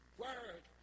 word